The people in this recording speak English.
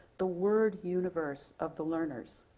the word universe of the learners.